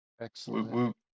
Excellent